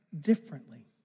differently